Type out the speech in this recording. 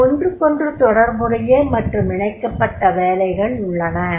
சில ஒன்றுக்கொன்று தொடர்புடைய மற்றும் இணைக்கப்பட்ட வேலைகள் உள்ளன